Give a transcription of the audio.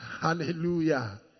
Hallelujah